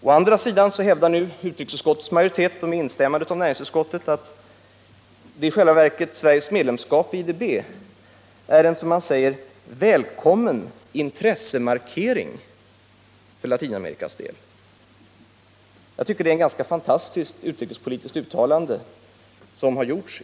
Å andra sidan hävdar utrikesutskottets majoritet med instämmande från näringsutskottet att Sveriges medlemskap i IDB i Latinamerika ses som en välkommen intressemarkering. Det är ett fantastiskt utrikespolitiskt uttalande.